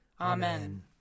Amen